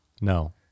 No